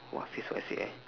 what phrase do I say ah